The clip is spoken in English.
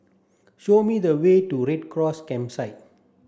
show me the way to Red Cross Campsite